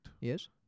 Yes